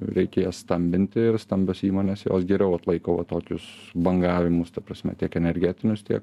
reikia jas stambinti ir stambios įmonės jos geriau atlaiko va tokius bangavimus ta prasme tiek energetinius tiek